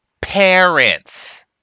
Parents